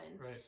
Right